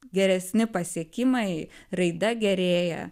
geresni pasiekimai raida gerėja